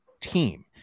team